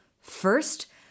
First